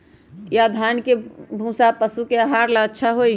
या धान के भूसा पशु के आहार ला अच्छा होई?